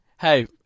Hey